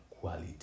quality